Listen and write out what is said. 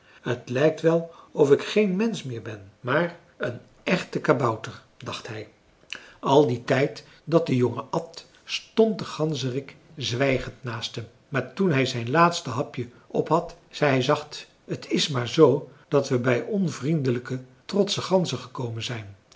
t lijkt wel of ik geen mensch meer ben maar een echte kabouter dacht hij al dien tijd dat de jongen at stond de ganzerik zwijgend naast hem maar toen hij zijn laatste hapje op had zei hij zacht t is maar zoo dat we bij onvriendelijke trotsche ganzen gekomen zijn